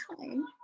time